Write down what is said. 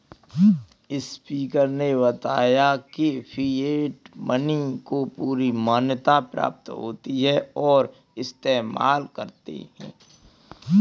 speaker ने बताया की फिएट मनी को पूरी मान्यता प्राप्त होती है और इस्तेमाल करते है